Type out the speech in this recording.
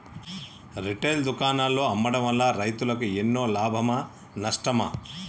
Retail దుకాణాల్లో అమ్మడం వల్ల రైతులకు ఎన్నో లాభమా నష్టమా?